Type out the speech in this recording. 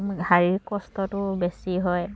শাৰীৰিক কষ্টটো বেছি হয়